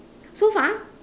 so far